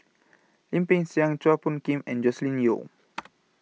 Lim Peng Siang Chua Phung Kim and Joscelin Yeo